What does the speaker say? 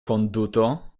konduto